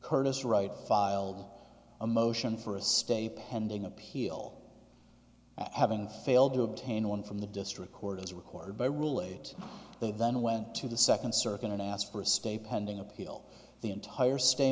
curtis wright filed a motion for a stay pending appeal having failed to obtain one from the district court as recorded by rule eight they then went to the second circuit and asked for a stay pending appeal the entire stay